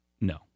no